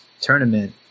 Tournament